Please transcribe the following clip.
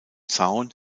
zaun